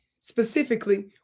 specifically